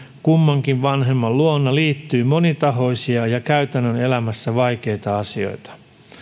kummankin vanhemman luona liittyy monitahoisia ja käytännön elämässä vaikeita asioita